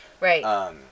Right